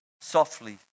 softly